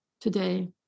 today